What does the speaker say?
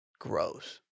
gross